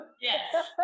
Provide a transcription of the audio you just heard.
Yes